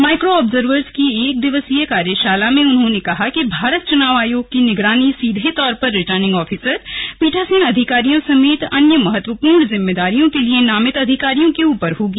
micro observer की एक दिवसीय कार्यशाला में उन्होंने कहा कि भारत चुनाव आयोग की निगरानी सीधे तौर पर रिटर्निंग ऑफिसर पीठासीन अधिकारियों समेत अन्य महत्वपूर्ण जिम्मेदारियों के लिए नामित अधिकारियों के ऊपर होगी